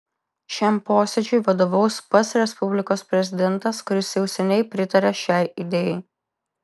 šiam posėdžiui vadovaus pats respublikos prezidentas kuris jau seniai pritaria šiai idėjai